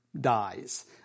dies